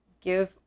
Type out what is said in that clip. give